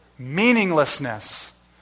meaninglessness